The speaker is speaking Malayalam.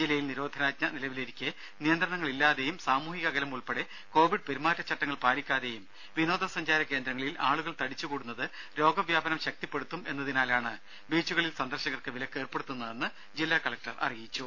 ജില്ലയിൽ നിരോധനാജ്ഞ നിലവിലിരിക്കെ നിയന്ത്രണങ്ങളില്ലാതെയും സാമൂഹിക അകലം ഉൾപ്പെടെ കൊവിഡ് പെരുമാറ്റച്ചട്ടങ്ങൾ പാലിക്കാതെയും വിനോദ സഞ്ചാര കേന്ദ്രങ്ങളിൽ ആളുകൾ തടിച്ചുകൂടുന്നത് രോഗവ്യാപനം ശക്തിപ്പെടുത്തും എന്നതിനാലാണ് ബീച്ചുകളിൽ സന്ദർശകർക്ക് വിലക്കേർപ്പെടുത്തുന്നതെന്ന് ജില്ലാ കലക്ടർ വ്യക്തമാക്കി